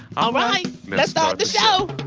all right. let's start the show